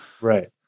Right